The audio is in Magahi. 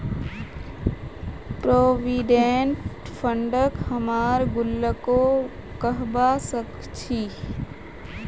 प्रोविडेंट फंडक हमरा गुल्लको कहबा सखछी